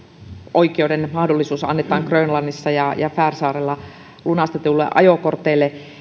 oikeuden mahdollisuus annetaan grönlannissa ja ja färsaarilla lunastetuille ajokorteille